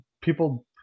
people